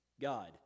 God